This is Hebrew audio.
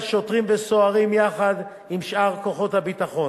על שוטרים וסוהרים יחד עם שאר כוחות הביטחון.